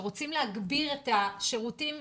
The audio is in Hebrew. שרוצים להגביר את השירותים.